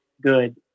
good